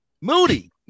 moody